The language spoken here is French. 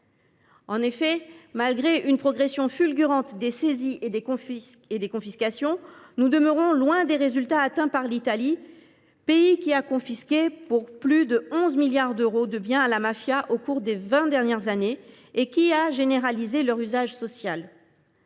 En effet, malgré la progression fulgurante des saisies et des confiscations, nous demeurons loin des résultats atteints par l’Italie, qui a confisqué plus de 11 milliards d’euros de biens à la mafia au cours des vingt dernières années et qui a généralisé l’usage social